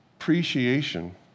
appreciation